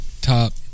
top